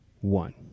one